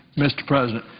mr. president?